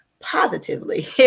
positively